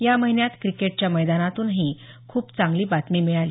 या महिन्यात क्रिकेटच्या मैदानातूनही खूप चांगली बातमी मिळाली